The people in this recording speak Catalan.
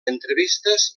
entrevistes